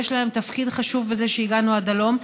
ויש להם תפקיד חשוב בזה שהגענו עד היום,